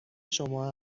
شما